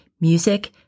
Music